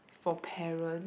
for parent